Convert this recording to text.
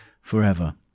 forever